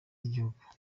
y’igihugu